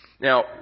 Now